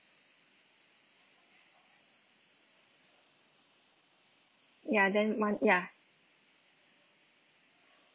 ya then mon~ ya